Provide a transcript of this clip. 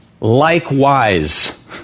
Likewise